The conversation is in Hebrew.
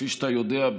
כפי שאתה יודע,